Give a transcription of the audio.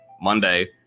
Monday